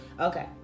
Okay